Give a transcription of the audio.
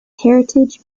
heritage